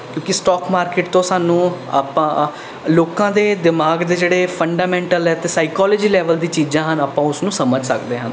ਕਿਉਂਕਿ stock market ਤੋਂ ਸਾਨੂੰ ਆਪਾਂ ਲੋਕਾਂ ਦੇ ਦਿਮਾਗ ਦੇ ਜਿਹੜੇ ਫੰਡਾਮੈਂਟਲ ਹੈ ਅਤੇ ਸਾਈਕੋਲੋਜੀ ਲੈਵਲ ਦੀਆਂ ਚੀਜ਼ਾਂ ਹਨ ਆਪਾਂ ਉਸਨੂੰ ਸਮਝ ਸਕਦੇ ਹਾਂ